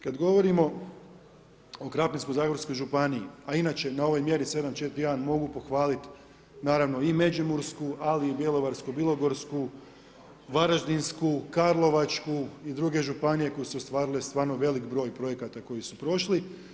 Kada govorimo o Krapinsko zagorskoj županiji, a inače na ovoj mjeri 7.4.1. mogu pohvaliti naravno i Međimursku, ali i Bjelovarsku bilogorsku, Varaždinsku, Karlovačku i druge županije koje su ostvarili stvarno veliki broj projekata koji su prošli.